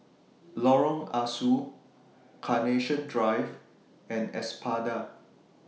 Lorong Ah Soo Carnation Drive and Espada